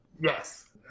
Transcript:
Yes